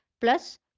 plus